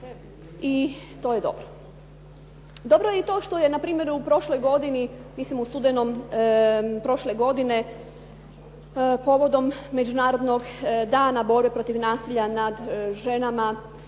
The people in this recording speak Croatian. i to je dobro. Dobro je i to što je npr. u prošloj godini, mislim u studenom prošle godine povodom Međunarodnog dana borbe protiv nasilja nad ženama